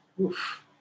oof